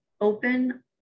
open